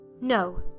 No